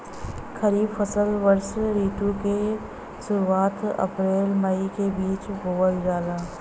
खरीफ फसल वषोॅ ऋतु के शुरुआत, अपृल मई के बीच में बोवल जाला